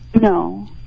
No